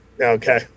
Okay